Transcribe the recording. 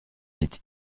est